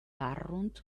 arrunt